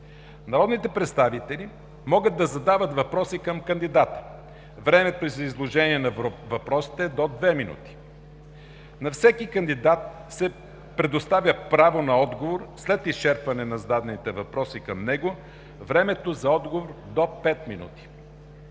Народните представители могат да задават въпроси към кандидата. Времето за изложение на въпросите е до две минути. 8. На всеки кандидат се предоставя право на отговор след изчерпване на зададените въпроси към него. Времето за отговор е до пет минути.